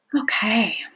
Okay